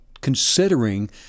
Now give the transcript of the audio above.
considering